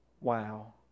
Wow